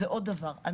ועוד דבר,